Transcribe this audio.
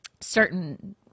certain